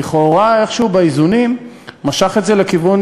לכאורה איכשהו באיזונים משך את זה לכיוון